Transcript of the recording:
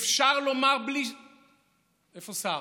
איפה שר?